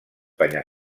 penya